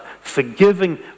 forgiving